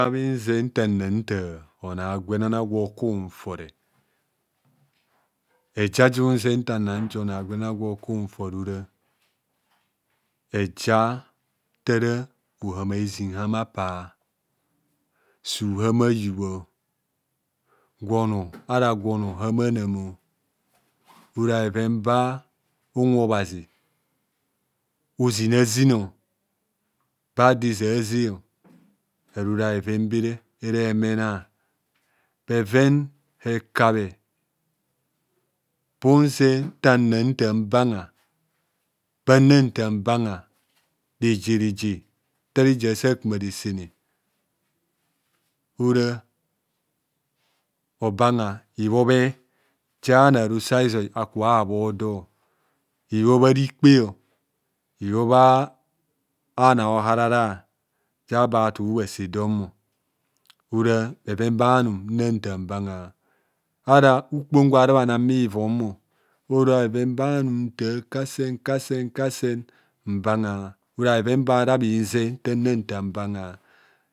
Ejaja unzeb nta nna thaar onoo agwe gwe oku unfore ora eja nta ara hoham a hezin hama pap sub ama ayub ara gwa onoo hama nam ora bheven bai unwe obhazi ozinazin ba ado ba ado eze a eze o ero ora bhevəi bara ama anan bheven herabhe ba unzeb nta na nthaar mbanga ibhobhe and a rikop ara ibhobhe ano aara ara ukpom gwa ahura bhang gwe ivon m ora bheven ba hara bhinzeb nta nat ah mbanga